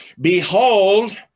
behold